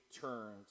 turns